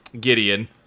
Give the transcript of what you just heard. Gideon